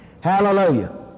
Hallelujah